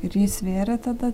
ir ji svėrė tada